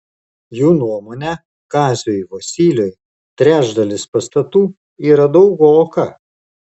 jų nuomone kaziui vosyliui trečdalis pastatų yra daugoka